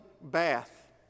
bath